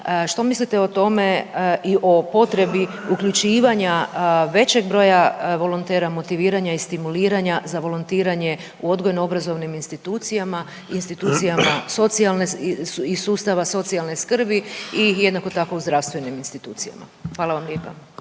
što mislite o tome i o potrebi uključivanja većeg broja volontera, motiviranja i stimuliranja za volontiranje u odgojno obrazovnim institucijama i institucijama socijalne skrbi i jednako tako u zdravstvenim institucijama? Hvala vam lijepo.